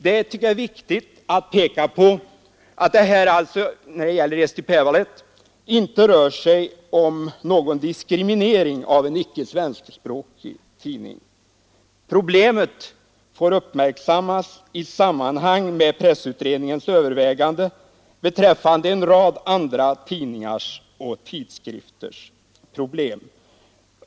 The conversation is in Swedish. Det är viktigt att påpeka att det när det gäller Eesti Päevaleht inte rör sig om någon diskriminering av en icke-svenskspråkig tidning. Problemet får uppmärksammas i samband med pressutredningens övervägande beträffande en rad andra tidningars och tidskrifters problem.